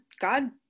god